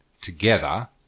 together